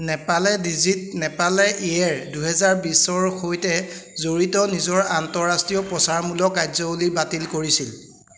নেপালে visit Nepal year দুহেজাৰ বিছৰ সৈতে জড়িত নিজৰ আন্তঃৰাষ্ট্ৰীয় প্ৰচাৰমূলক কাৰ্য্যাৱলী বাতিল কৰিছিল